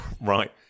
Right